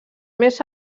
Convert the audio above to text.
més